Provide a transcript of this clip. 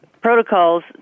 protocols